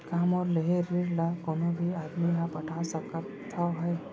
का मोर लेहे ऋण ला कोनो भी आदमी ह पटा सकथव हे?